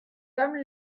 comme